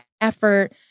effort